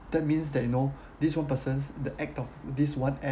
that means that you know this one person's the act of this one